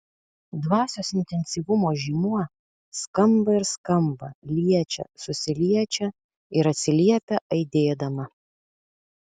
dvasios intensyvumo žymuo skamba ir skamba liečia susiliečia ir atsiliepia aidėdama